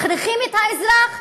מכריחים את האזרח.